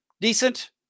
decent